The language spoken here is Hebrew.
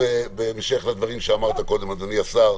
לגבי מה שאמרת, אדוני השר,